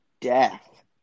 death